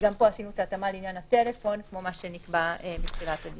וגם פה עשינו את ההתאמה לעניין הטלפון כמו מה שנקבע בתחילת הדיון.